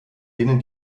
denen